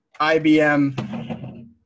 IBM